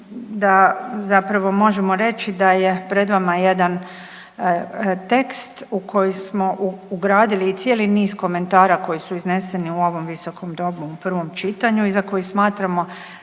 da zapravo možemo reći da je pred vama jedan tekst u koji smo ugradili i cijeli niz komentara koji su izneseni u ovom Visokom domu u prvom čitanju i za koji smatramo